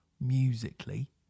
musically